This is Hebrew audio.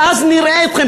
ואז נראה אתכם,